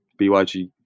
BYG